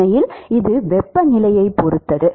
உண்மையில் இது வெப்பநிலையைப் பொறுத்தது